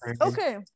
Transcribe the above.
Okay